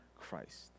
Christ